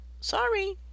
Sorry